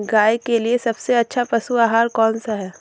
गाय के लिए सबसे अच्छा पशु आहार कौन सा है?